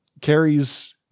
Carrie's